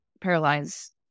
paralyzed